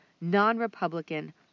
non-Republican